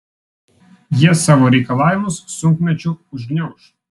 jie savo reikalavimus sunkmečiu užgniauš